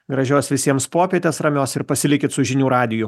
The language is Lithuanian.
gražios visiems popietės ramios ir pasilikit su žinių radiju